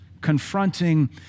confronting